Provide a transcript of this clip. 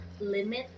limit